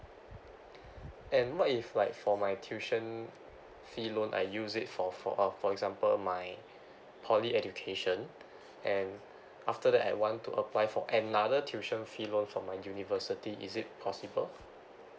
and what if like for my tuition fee loan I use it for for a for example my poly education and after that I want to apply for another tuition fee loan from my university is it possible